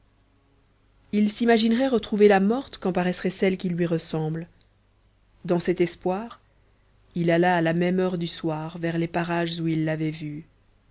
il s'imaginerait retrouver la morte quand passerait celle qui lui ressemble dans cet espoir il alla à la même heure du soir vers les parages où il l'avait vue